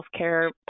healthcare